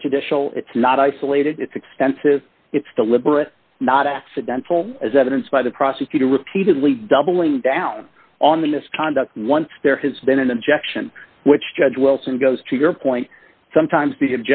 prejudicial it's not isolated it's extensive it's deliberate not accidental as evidenced by the prosecutor repeatedly doubling down on the misconduct and once there has been an objection which judge wilson goes to your point sometimes